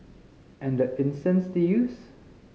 and the incense they used